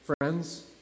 Friends